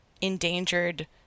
endangered